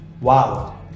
Wow